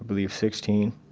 believe, sixteen.